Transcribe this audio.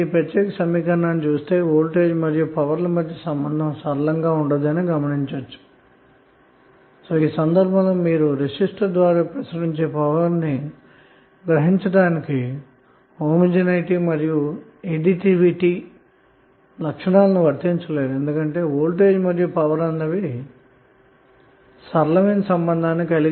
ఈ ప్రత్యేక సమీకరణాన్ని గమనిస్తే వోల్టేజ్ పవర్ ల మధ్య సంబంధం సరళంగా లేనందువల్ల ఈ సందర్భంలో రెసిస్టర్ ద్వారా ప్రవహించే పవర్ ని గ్రహించటానికి సజాతీయత మరియు సంకలిత లక్షణాలను వర్తించలేము అన్నమాట